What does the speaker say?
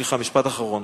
סליחה, משפט אחרון.